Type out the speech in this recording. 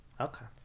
okay